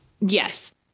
Yes